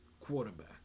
quarterback